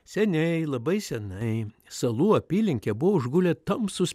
seniai labai senai salų apylinkę buvo užgriuvę tamsūs